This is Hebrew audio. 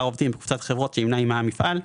העובדים בקבוצת חברות שנמנה עימה המפעל,